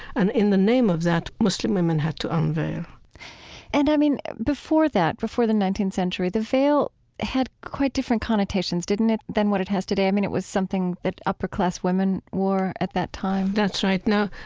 and in the name of that, muslim women had to unveil and, i mean, before that, before the nineteenth century, the veil had quite different connotations, didn't it, than what it has today? i mean, it was something that upper-class women wore at that time? that's right. now,